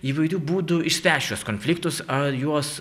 įvairių būdų išspręst šiuos konfliktus ar juos